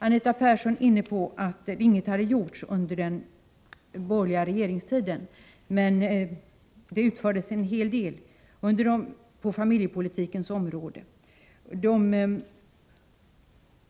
Anita Persson sade att inget hade gjorts under den borgerliga regeringstiden. Det utfördes dock en hel del på familjepolitikens område.